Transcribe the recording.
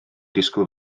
disgwyl